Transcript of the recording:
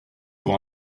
pour